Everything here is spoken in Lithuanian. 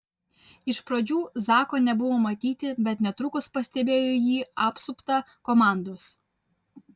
iš pradžių zako nebuvo matyti bet netrukus pastebėjo jį apsuptą komandos